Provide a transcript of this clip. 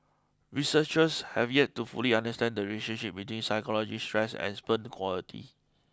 researchers have yet to fully understand the relationship between psychological stress and sperm quality